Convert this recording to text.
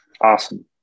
Awesome